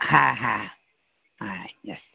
হ্যাঁ হ্যাঁ যাচ্ছি